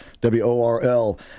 W-O-R-L